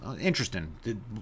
Interesting